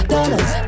Dollars